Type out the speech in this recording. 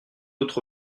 autre